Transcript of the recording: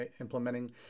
implementing